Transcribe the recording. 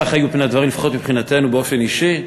כך היו פני הדברים לפחות מבחינתנו באופן אישי.